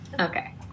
Okay